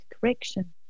correction